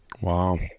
Wow